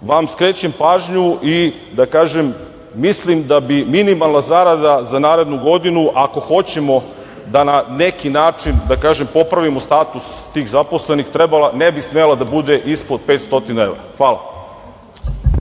vam skrećem pažnju i da kažem mislim da bi minimalna zarada za narednu godinu, ako hoćemo da na neki način popravimo status tih zaposlenih ne bi smela da bude ispod 500 evra. Hvala.